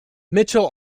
mitchell